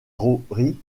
rory